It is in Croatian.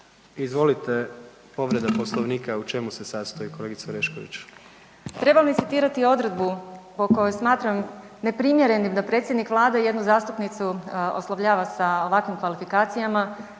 Dalija (Stranka s imenom i prezimenom)** Trebam li citirati odredbu po kojoj smatram neprimjerenim da predsjednik Vlade jednu zastupnicu oslovljava sa ovakvim kvalifikacijama